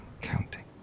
counting